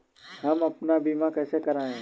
हम अपना बीमा कैसे कराए?